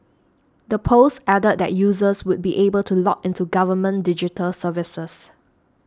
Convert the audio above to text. the post added that users would be able to log into government digital services